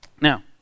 Now